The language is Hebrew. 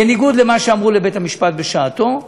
בניגוד למה שאמרו לבית-המשפט בשעתו,